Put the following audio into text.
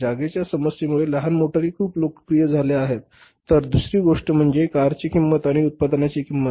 जागेच्या समस्येमुळे लहान मोटारी खूप लोकप्रिय झाल्या आहेत तर दुसरी गोष्ट म्हणजे कारची किंमत आणि उत्पादनाची किंमत